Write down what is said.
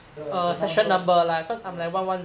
the the number orh